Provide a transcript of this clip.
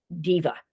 diva